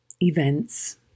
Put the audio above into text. events